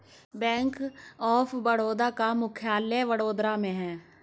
bank of Baroda का मुख्यालय वडोदरा में है